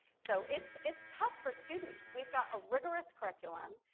so it's it's tough for students. we've got a rigorous curriculum.